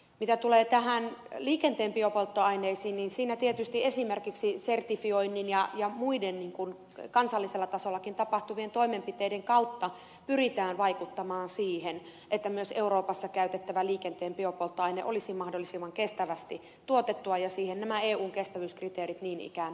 mitä tulee liikenteen biopolttoaineisiin siinä tietysti esimerkiksi sertifioinnin ja muiden kansallisellakin tasolla tapahtuvien toimenpiteiden kautta pyritään vaikuttamaan siihen että myös euroopassa käytettävä liikenteen biopolttoaine olisi mahdollisimman kestävästi tuotettua ja siihen nämä eun kestävyyskriteerit niin ikään pyrkivät